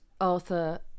Arthur